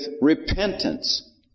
repentance